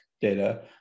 data